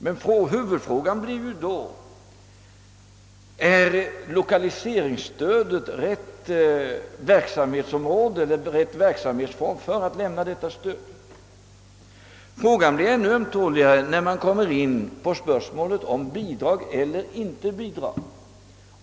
Men huvudfrågan blir ju då: Är lokaliseringsstödet rätt form för stöd härvidlag? Frågan blir ännu ömtåligare när man kommer in på spörsmålet bidrag eller inte bidrag.